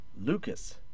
Lucas